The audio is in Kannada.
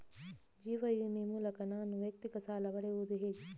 ಜೀವ ವಿಮೆ ಮೂಲಕ ನಾನು ವೈಯಕ್ತಿಕ ಸಾಲ ಪಡೆಯುದು ಹೇಗೆ?